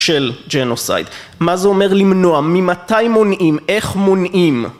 של ג'נוסייד, מה זה אומר למנוע, ממתי מונעים? איך מונעים?